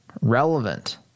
relevant